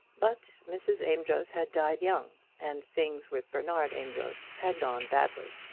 but mrs. amedroz had died young, and things with bernard amedroz had gone badly.